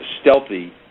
Stealthy